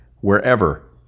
wherever